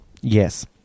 Yes